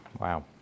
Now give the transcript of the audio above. Wow